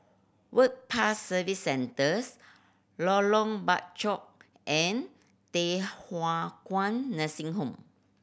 Work Pass Service Centres Lorong Bachok and Thye Hua Kwan Nursing Home